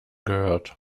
gehört